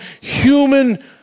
human